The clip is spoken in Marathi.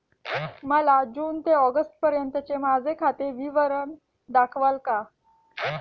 मला जून ते ऑगस्टपर्यंतचे माझे खाते विवरण दाखवाल का?